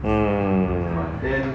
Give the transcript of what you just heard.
mm